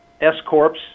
S-Corps